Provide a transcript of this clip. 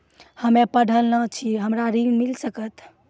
हम्मे पढ़ल न छी हमरा ऋण मिल सकत?